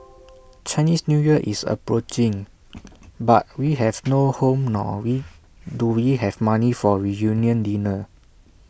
Chinese New Year is approaching but we have no home nor do we have money for A reunion dinner